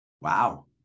Wow